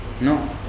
No